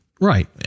Right